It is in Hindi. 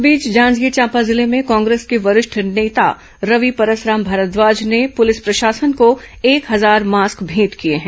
इस बीच जांजगीर चांपा जिले में कांग्रेस के वरिष्ठ नेता रवि परसराम भारद्वाज ने पृलिस प्रशासन को एक हजार मास्क भेंट किए हैं